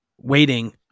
waiting